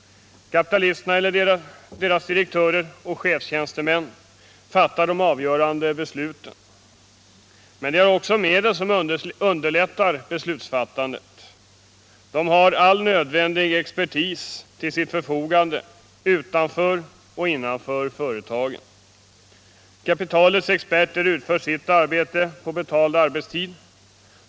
Kapitalisterna eller deras direktörer och chefstjänstemän fattar de avgörande besluten. Men de har också medel som underlättar beslutsfattandet. De har all nödvändig expertis till sitt förfogande utanför och innanför företagen. Kapitalets experter utför sitt arbete på betald arbetstid.